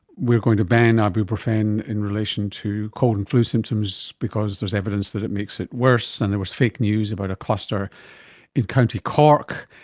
we're going to ban ibuprofen in relation to cold and flu symptoms because there is evidence that it makes it worse and there was fake news about a cluster in county cork.